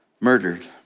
murdered